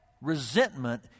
resentment